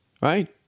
right